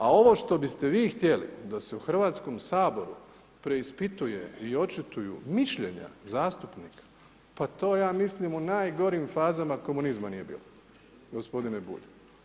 A ovo što biste vi htjeli da se u Hrvatskom saboru preispituje i očituju mišljenja zastupnika, pa to ja mislim u najgorim fazama komunizma nije bilo gospodine Bulj.